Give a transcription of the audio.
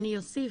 אני אוסיף,